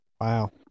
Wow